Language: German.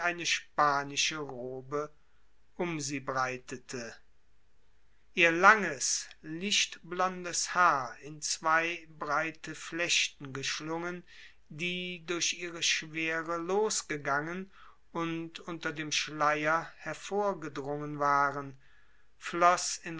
eine spanische robe um sie breitete ihr langes lichtblondes haar in zwei breite flechten geschlungen die durch ihre schwere losgegangen und unter dem schleier hervorgedrungen waren floß